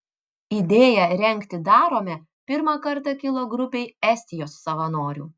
idėja rengti darome pirmą kartą kilo grupei estijos savanorių